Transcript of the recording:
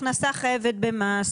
הכנסה חייבת במס,